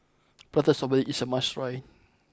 Prata Strawberry is a must try